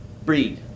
Breed